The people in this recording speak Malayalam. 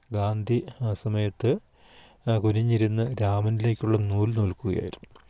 ഗാന്ധി ആ സമയത്ത് കുനിഞ്ഞിരുന്നു രാമനിലേക്കുള്ള നൂൽ നൂൽക്കുകയായിരുന്നു